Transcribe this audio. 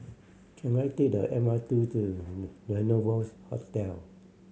can I take the M R T to Rendezvous Hotel